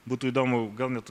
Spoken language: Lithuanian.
būtų įdomu gal net